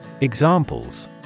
Examples